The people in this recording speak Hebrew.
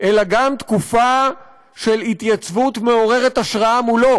אלא גם תקופה של התייצבות מעוררת השראה מולו,